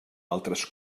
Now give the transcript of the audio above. altres